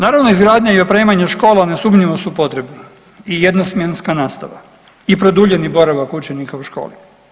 Naravno, izgradnja i opremanje škola nesumnjivo su potrebni i jedno smjenska nastava i produljeni boravak učenika u školi.